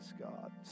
God